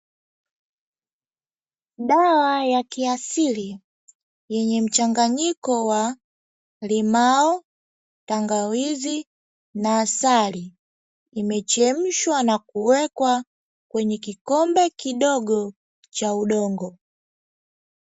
Dawa ya kiasili yenye mchanganyiko wa limao, tangawizi na asali imechemshwa na kuwekwa kwenye kikombe kidogo cha udongo.